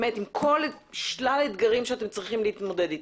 עם כל שלל האתגרים שאתם צריכים להתמודד אתם.